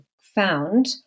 found